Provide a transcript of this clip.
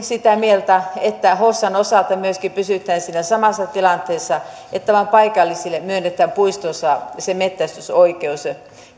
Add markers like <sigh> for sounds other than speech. <unintelligible> sitä mieltä että myöskin hossan osalta pysytään siinä samassa tilanteessa että vain paikallisille myönnetään puistossa se metsästysoikeus